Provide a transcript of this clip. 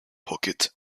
pocket